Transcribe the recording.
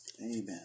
amen